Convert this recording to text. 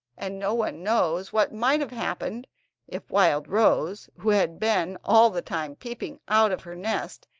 and no one knows what might have happened if wildrose, who had been all the time peeping out of her nest,